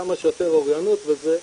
כמה שיותר אוריינות וזה ישתקף.